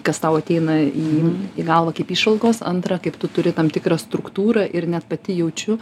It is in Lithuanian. kas tau ateina į į galvą kaip įžvalgos antra kaip tu turi tam tikrą struktūrą ir net pati jaučiu